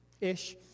ish